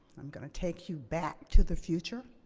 i'm going to take you back to the future.